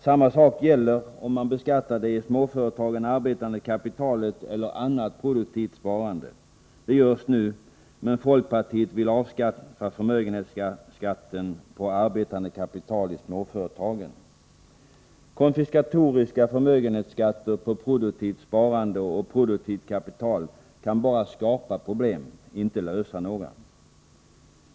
Samma sak gäller om man beskattar det arbetande kapitalet i småföretagen eller annat produktivt sparande. Det görs nu, men folkpartiet vill avskaffa förmögenhetsskatten på arbetande kapital i småföretagen. Konfiskatoriska förmögenhetsskatter på produktivt sparande och produktivt kapital kan bara skapa problem, inte lösa några.